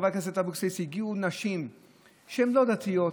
חברת הכנסת אבקסיס: הגיעו נשים שהן לא דתיות,